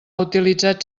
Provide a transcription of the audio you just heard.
utilitzat